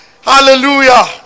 Hallelujah